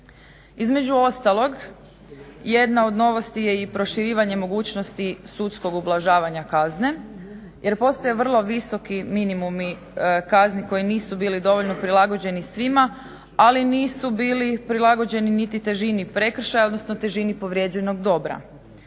Između ostalog jedna od novosti je i proširivanje mogućnosti sudskog ublažavanja kazne jer postoje vrlo visoki minimumi kazni koji nisu bili dovoljno prilagođeni svima, ali nisu bili prilagođeni niti težini prekršaja, odnosno težini povrijeđenog dobra.